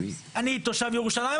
אני תושב ירושלים,